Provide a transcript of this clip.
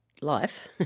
life